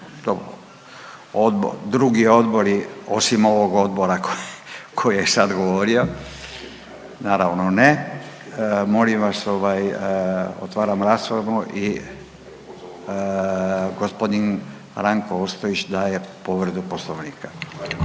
drugi odbori osim ovog odbora koji, koji je sad govorio naravno ne. Molim vas otvaram raspravu i g. Ranko Ostojić daje povredu Poslovnika.